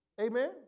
Amen